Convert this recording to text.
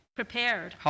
prepared